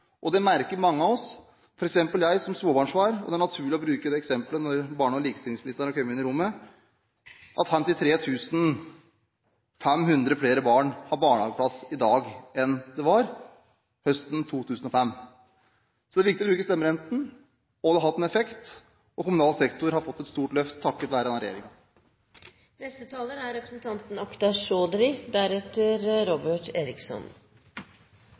Det merker mange av oss. For meg som småbarnsfar – det er naturlig å bruke det eksempelet når barne- og likestillingsministeren har kommet inn i salen – er det viktig at 53 500 flere barn har barnehageplass i dag enn høsten 2005. Så det er viktig å bruke stemmeretten. Det har hatt en effekt. Og kommunal sektor har fått et stort løft takket være denne regjeringen. Verden har vært igjennom og er